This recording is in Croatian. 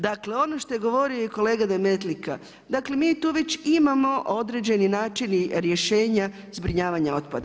Dakle ono što je govorio i kolega Demetlika, dakle mi tu već imamo određeni način rješenja zbrinjavanja otpada.